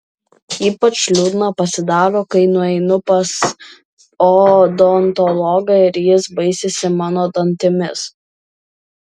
ypač liūdna pasidaro kai nueinu pas odontologą ir jis baisisi mano dantimis